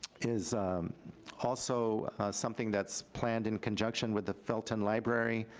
is also something that's planned in conjunction with the felton library.